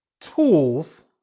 tools